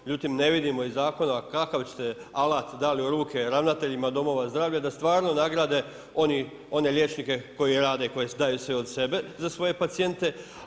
Međutim ne vidimo iz zakona kakav ste alat dali u ruke ravnateljima domova zdravlja da stvarno nagrade one liječnike koji rade, koji daju sve od sebe za svoje pacijente.